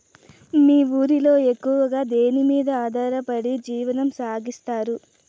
మీ ఊరిలో ఎక్కువగా దేనిమీద ఆధారపడి జీవనం సాగిస్తున్నారు?